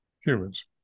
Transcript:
humans